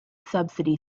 subsidy